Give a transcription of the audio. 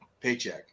Paycheck